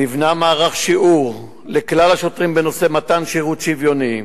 נבנה מערך שיעור לכלל השוטרים בנושא מתן שירות שוויוני.